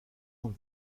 con